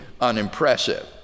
unimpressive